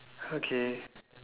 okay